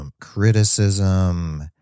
criticism